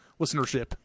Listenership